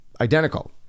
identical